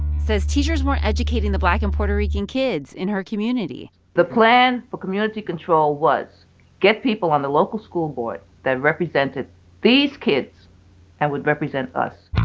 says teachers weren't educating the black and puerto rican kids in her community the plan for community control was get people on the local school board that represented these kids and would represent us